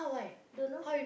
don't know